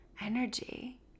energy